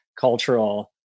cultural